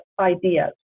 ideas